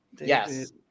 Yes